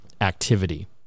activity